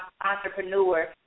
entrepreneur